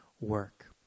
work